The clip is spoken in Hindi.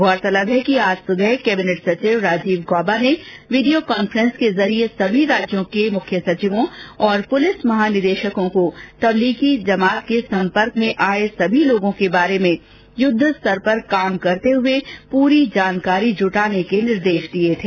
गौरतलब है कि आज सुबह कैबिनेट सचिव राजीव गौबा ने वीडियो कांफ्रेस के जरिए समी राज्यों के मुख्य सचिवों और पुलिस महानिदेशकों को तब्लीगी जमात के सम्पर्क में आए सभी लोगों के बारे में युद्ध स्तर पर काम करते हुए पूरी जानकारी जुटाने के निर्देश दिए थे